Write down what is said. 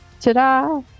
ta-da